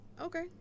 Okay